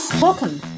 Welcome